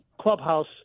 clubhouse